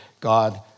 God